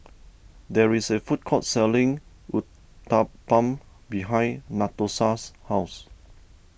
there is a food court selling Uthapam behind Natosha's house